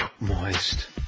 Moist